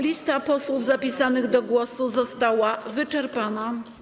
Lista posłów zapisanych do głosu została wyczerpana.